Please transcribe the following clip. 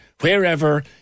wherever